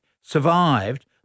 survived